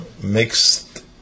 mixed